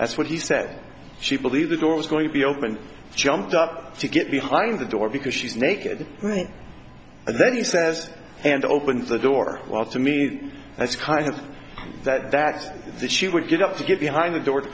that's what he said she believed the door was going to be open jumped up to get behind the door because she's naked right and then he says and opens the door well to me that's kind of that that that she would get up to get behind the door to